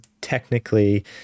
technically